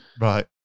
Right